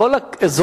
יש שני בתי-חולים,